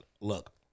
Look